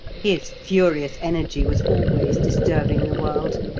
his furious energy was always disturbing the world,